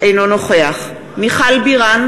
אינו נוכח מיכל בירן,